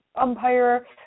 umpire